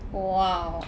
!wow!